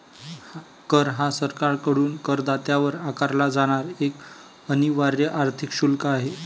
कर हा सरकारकडून करदात्यावर आकारला जाणारा एक अनिवार्य आर्थिक शुल्क आहे